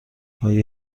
آیا